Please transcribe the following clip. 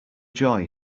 joy